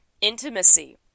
intimacy